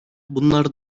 bunlar